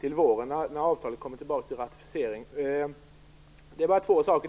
till våren när avtalet kommer tillbaka för ratificering. Jag vill ta upp två andra saker.